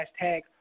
hashtag